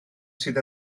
sydd